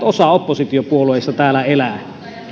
osa oppositiopuolueista täällä elävän